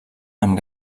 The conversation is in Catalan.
amb